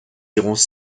irons